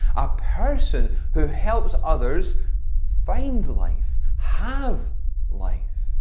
a person who helps others find life, have life.